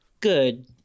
good